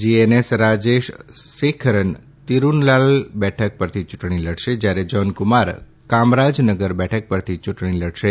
GNS Rajesh Sekaran Thirunallar બેઠક પરથી યુંટણી લડશે જયારે જોનકુમાર કામરાજનગર બેઠક પરથી યુંટણી લડશે